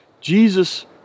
Jesus